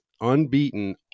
unbeaten